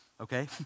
okay